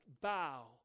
bow